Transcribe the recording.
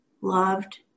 loved